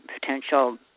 potential